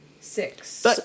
Six